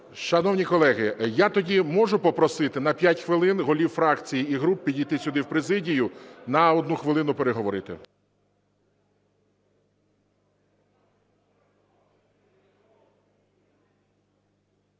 Шановні колеги, я тоді можу попросити на 5 хвилин голів фракцій і груп підійти сюди в президію на одну хвилину переговорити.